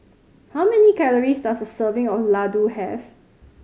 how many calories does a serving of Ladoo have